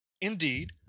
Indeed